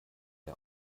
der